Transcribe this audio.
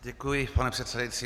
Děkuji, pane předsedající.